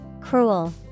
Cruel